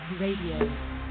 Radio